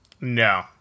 No